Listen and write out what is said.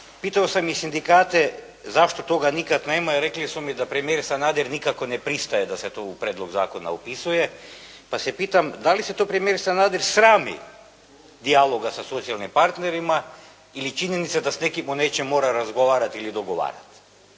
Pitao sam i sindikate zašto toga nikad nema i rekli su mi da premijer Sanader nikako ne pristaje da se to u prijedlog zakona upisuje, pa se pitam da li se to premijer Sanader srami dijaloga sa socijalnim partnerima ili činjenica da s nekim o nečem mora razgovarati ili dogovarati.